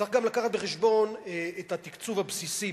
צריך גם להביא בחשבון את התקצוב הבסיסי.